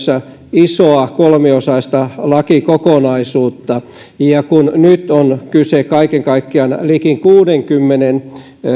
isoa kolmiosaista lakikokonaisuutta kun nyt on kyse kaiken kaikkiaan liki kuuteenkymmeneen